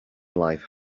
life